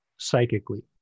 psychically